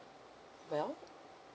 well